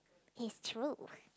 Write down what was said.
it's true